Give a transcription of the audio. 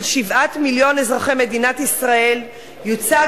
של 7 מיליון אזרחי מדינת ישראל יוצג